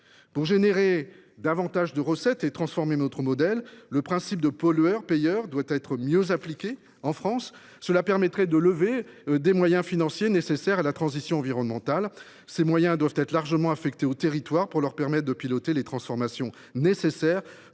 veut avoir davantage de recettes et transformer notre modèle, le principe du pollueur payeur doit être mieux appliqué en France. Cela permettrait de lever les moyens financiers nécessaires à la transition environnementale. De tels montants doivent être largement affectés aux territoires pour leur permettre de piloter les transformations nécessaires,